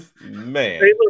man